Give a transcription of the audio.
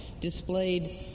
displayed